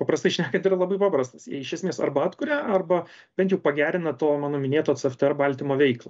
paprastai šnekant yra labai paprastas jie iš esmės arba atkuria arba bent jau pagerina to mano minėto cftr baltymo veiklą